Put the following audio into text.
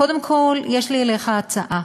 קודם כול, יש לי אליך הצעה.